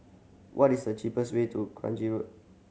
what is the cheapest way to Kranji Road